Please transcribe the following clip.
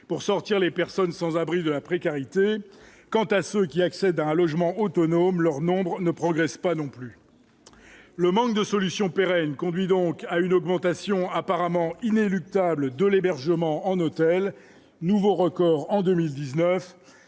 pour sortir les personnes sans abri de la précarité, quant à ceux qui accèdent à un logement autonome, leur nombre ne progresse pas non plus le manque de solutions pérennes conduit donc à une augmentation, apparemment inéluctable de l'hébergement en hôtel, nouveau record en 2019